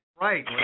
Right